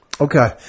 Okay